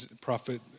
prophet